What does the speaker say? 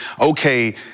okay